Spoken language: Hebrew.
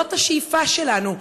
זאת השאיפה שלנו,